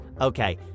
Okay